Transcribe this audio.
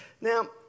Now